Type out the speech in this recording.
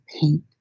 paint